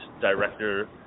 director